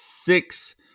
six